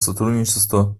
сотрудничества